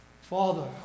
Father